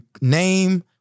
name